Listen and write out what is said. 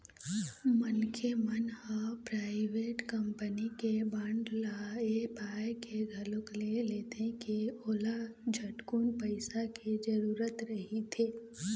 मनखे मन ह पराइवेट कंपनी के बांड ल ऐ पाय के घलोक ले लेथे के ओला झटकुन पइसा के जरूरत रहिथे